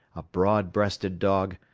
a broad-breasted dog,